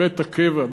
בבית הקבע,